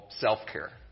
self-care